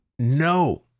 no